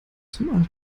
zum